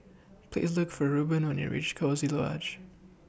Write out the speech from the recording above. Please Look For Reubin when YOU REACH Coziee Lodge